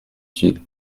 utile